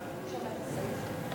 חוק ניירות ערך (תיקון מס' 44),